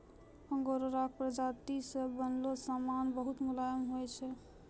आंगोराक प्राजाती से बनलो समान बहुत मुलायम होय छै